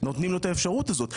נותנים לו את האפשרות הזאת.